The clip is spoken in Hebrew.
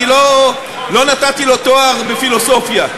אני לא נתתי לו תואר בפילוסופיה.